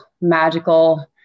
magical